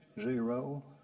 Zero